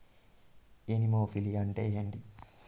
Anemophily అంటే ఏంటి?